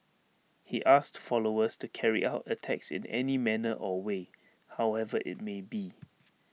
he asked followers to carry out attacks in any manner or way however IT may be